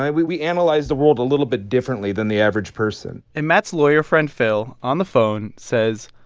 we we analyze the world a little bit differently than the average person and matt's lawyer friend phil on the phone says,